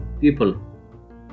people